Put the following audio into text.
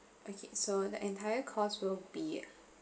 okay so the entire cost will be